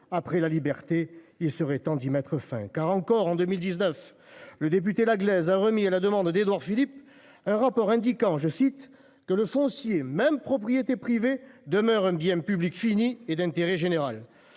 après la liberté. Il serait temps d'y mettre fin. Car encore en 2019, le député la glaise a remis à la demande d'Édouard Philippe, un rapport indiquant je cite que le foncier même propriété privée demeure un bien public fini et d'intérêt général.